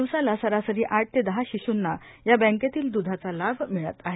दिवसाला सरासरी आठ ते दहा शिशूनां या बँकेतील द्धाचा लाभ मिळत आहे